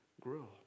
grow